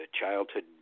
childhood